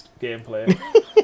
gameplay